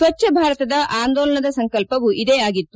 ಸ್ವಚ್ಚ ಭಾರತದ ಆಂದೋಲನದ ಸಂಕಲ್ಪವೂ ಇದೇ ಆಗಿತ್ತು